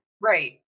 Right